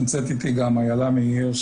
איילה מאיר,